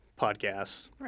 podcasts